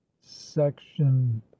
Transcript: section